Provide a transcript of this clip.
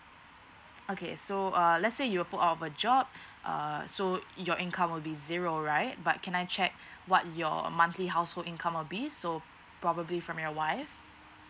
okay so err lets say you're put out of a job err so your income will be zero right but can I check what your monthly household income will be so probably from your wife